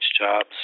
jobs